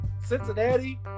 Cincinnati